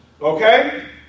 Okay